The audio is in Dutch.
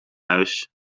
huis